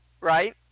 right